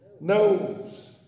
knows